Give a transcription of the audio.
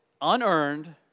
unearned